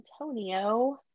Antonio